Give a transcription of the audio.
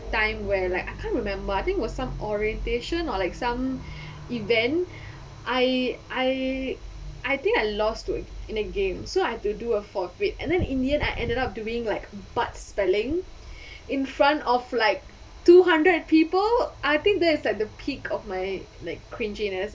time where like I can't remember I think was some orientation or like some event I I I think I lost to in a game so I had to do a forfeit and then in the end I ended up doing like butt spelling in front of like two hundred people I think that is like the peak of my like cringiness